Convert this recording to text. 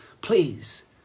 please